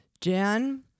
Jan